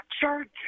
church